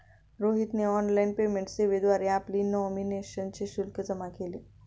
रोहितने online payment सेवेद्वारे आपली नॉमिनेशनचे शुल्क जमा केले